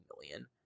million